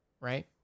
right